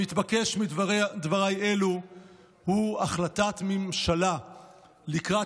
המתבקש מדבריי אלו הוא החלטת ממשלה לקראת